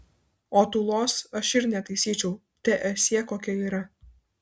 o tūlos aš ir netaisyčiau teesie kokia yra